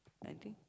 anything